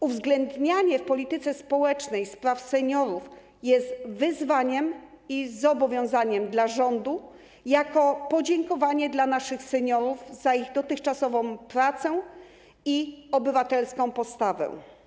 Uwzględnianie w polityce społecznej spraw seniorów jest wyzwaniem i zobowiązaniem dla rządu, jest podziękowaniem dla naszych seniorów za ich dotychczasową pracę i obywatelską postawę.